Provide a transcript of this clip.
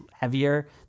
heavier